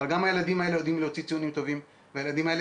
אבל גם הילדים האלה יודעים להוציא ציונים טובים והילדים האלה